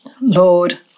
Lord